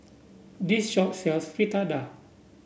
this shop sells Fritada